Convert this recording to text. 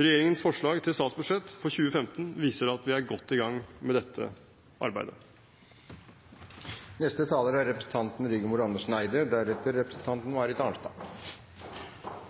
Regjeringens forslag til statsbudsjett for 2015 viser at vi er godt i gang med dette arbeidet. Klimaendringene er